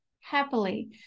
happily